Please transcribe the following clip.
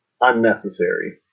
unnecessary